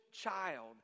child